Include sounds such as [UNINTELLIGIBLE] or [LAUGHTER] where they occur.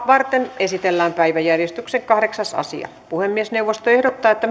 varten esitellään päiväjärjestyksen kahdeksas asia puhemiesneuvosto ehdottaa että [UNINTELLIGIBLE]